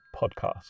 Podcast